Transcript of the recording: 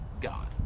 God